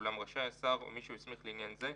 ואולם רשאי השר או מי שהוא הסמיך לעניין זה,